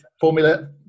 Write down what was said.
Formula